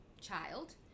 child